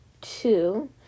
two